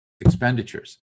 expenditures